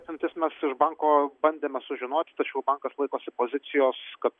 apimtis mes iš banko bandėme sužinoti tačiau bankas laikosi pozicijos kad